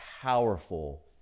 powerful